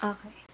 Okay